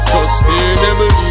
Sustainable